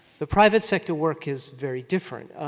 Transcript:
the private sector work is very different.